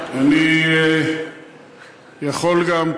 אני יכול גם,